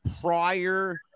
prior